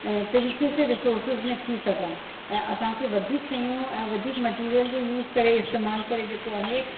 ऐं तरीक़े से रोसोर्सिस में थी सघनि ऐं असांखे वधीक शयूं ऐं वधीक मटीरियल जो यूस करे इस्तेमाल करे जेको आहे